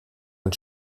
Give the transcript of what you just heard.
ein